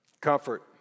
Comfort